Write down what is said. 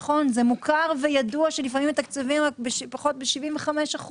מוכר וידוע שלפעמים מתקצבים בפחות מ-75%,